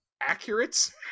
accurate